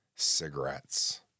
cigarettes